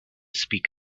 speak